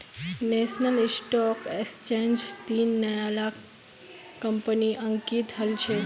national stock एक्सचेंजट तीन नया ला कंपनि अंकित हल छ